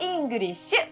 English